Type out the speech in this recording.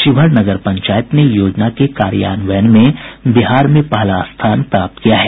शिवहर नगर पंचायत ने योजना के कार्यान्वयन में बिहार में पहला स्थान प्राप्त किया है